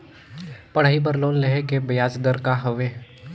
पढ़ाई बर लोन लेहे के ब्याज दर का हवे?